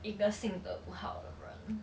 一个性格不好的人